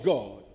God